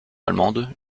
allemande